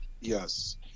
Yes